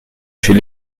chez